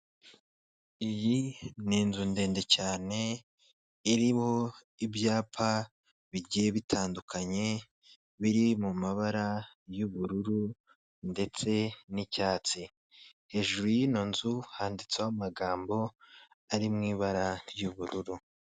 Iyi ni inzu ndende cyane iriho ibyapa bigiye bitandukanye biri mu mabara y'ubururu ndetse n'icyatsi, hejuru y'ino nzu handitseho amagambo ari mu ibara ry'ubururu.